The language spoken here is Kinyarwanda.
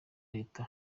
leta